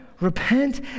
repent